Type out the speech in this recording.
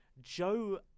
Joe